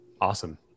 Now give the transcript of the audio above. Awesome